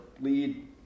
lead